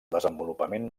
desenvolupament